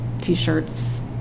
t-shirts